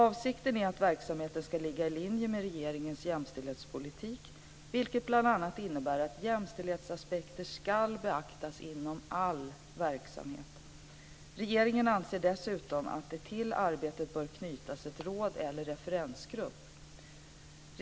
Avsikten är att verksamheten skall ligga i linje med regeringens jämställdhetspolitik, vilket bl.a. innebär att jämställdhetsaspekter ska beaktas inom all verksamhet. Regeringen anser dessutom att till arbetet bör knytas ett råd eller en referensgrupp.